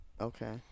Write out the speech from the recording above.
okay